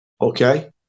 Okay